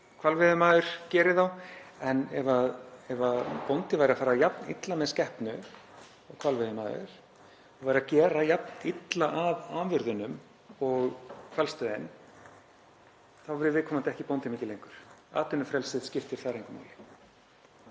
hvalveiðimaður gerir þá, en ef bóndi væri að fara jafn illa með skepnu og hvalveiðimaður og væri að gera jafn illa að afurðunum og hvalstöðin þá væri viðkomandi ekki bóndi mikið lengur. Atvinnufrelsið skiptir þar engu